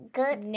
good